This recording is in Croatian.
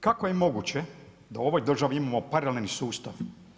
Kako je moguće da u ovoj državi imamo paralelni sustav.